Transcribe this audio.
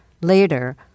later